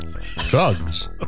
drugs